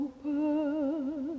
Open